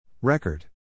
Record